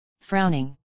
frowning